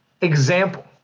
example